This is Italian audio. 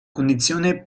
condizione